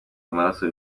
amaraso